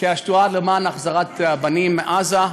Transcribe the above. השדולה למען החזרת הבנים מעזה.